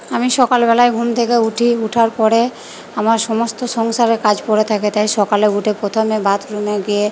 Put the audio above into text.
আমি সকালবেলায় ঘুম থেকে উঠি উঠার পরে আমার সমস্ত সংসারে কাজ পড়ে থাকে তাই সকালে উঠে প্রথমে বাথরুমে গিয়ে